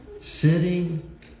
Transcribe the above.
sitting